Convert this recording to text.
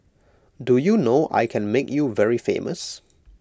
do you know I can make you very famous